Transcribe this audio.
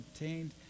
obtained